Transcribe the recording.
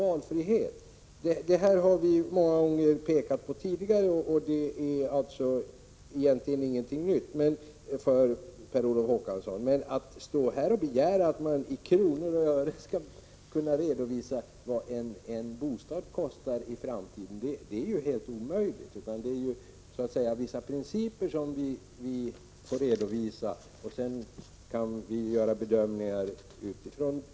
61 Detta har vi ju många gånger pekat på tidigare — det är alltså egentligen 16 december 1986 ingenting nytt för Per Olof Håkansson, som står här och begär att man i kronor och ören skall kunna redovisa vad en bostad kostar i framtiden. Det är ju helt omöjligt att svara på detta — det är vissa principer som vi vill redovisa. Sedan får man göra bedömningar utifrån dem.